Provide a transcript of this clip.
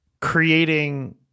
creating